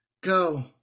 Go